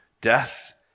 Death